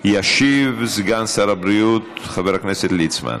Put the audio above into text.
ישיב סגן שר הבריאות חבר הכנסת ליצמן.